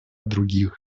других